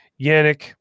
yannick